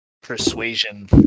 persuasion